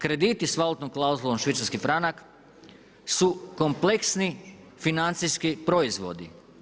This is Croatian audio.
Krediti sa valutnom klauzulom švicarski franak su kompleksni financijski proizvodi.